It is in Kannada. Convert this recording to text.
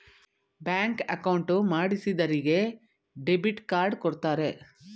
ಬ್ಯಾಂಕ್ ಅಕೌಂಟ್ ಮಾಡಿಸಿದರಿಗೆ ಡೆಬಿಟ್ ಕಾರ್ಡ್ ಕೊಡ್ತಾರೆ